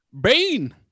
Bane